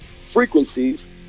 frequencies